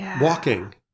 Walking